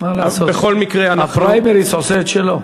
בכל מקרה אנחנו, מה לעשות, הפריימריז עושה את שלו.